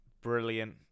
brilliant